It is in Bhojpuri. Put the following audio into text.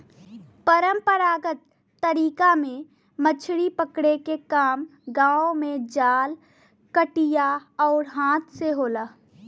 परंपरागत तरीका में मछरी पकड़े के काम गांव में जाल, कटिया आउर हाथ से होला